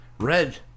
Red